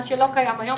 מה שלא קיים היום.